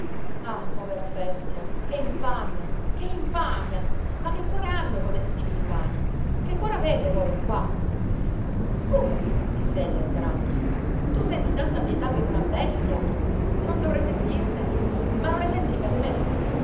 ah povera bestia che infamia che infamia ma che cuore hanno codesti villani che cuore avete voi qua scusami diss'egli alterandosi tu senti tanta pietà per una bestia non dovrei sentirne ma non ne senti per me